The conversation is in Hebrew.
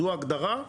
זו ההגדרה.